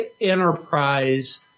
Enterprise